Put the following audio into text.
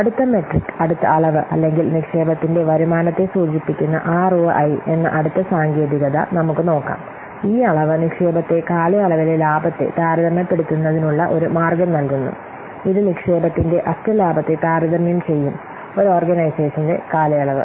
അടുത്ത മെട്രിക് അടുത്ത അളവ് അല്ലെങ്കിൽ നിക്ഷേപത്തിന്റെ വരുമാനത്തെ സൂചിപ്പിക്കുന്ന ആർഓഐ എന്ന അടുത്ത സാങ്കേതികത നമുക്ക് നോക്കാം ഈ അളവ് നിക്ഷേപത്തെ കാലയളവിലെ ലാഭത്തെ താരതമ്യപ്പെടുത്തുന്നതിനുള്ള ഒരു മാർഗ്ഗം നൽകുന്നു ഇത് നിക്ഷേപത്തിന്റെ അറ്റ ലാഭത്തെ താരതമ്യം ചെയ്യും ഒരു ഓർഗനൈസേഷന്റെ കാലയളവ്